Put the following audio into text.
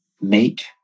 mate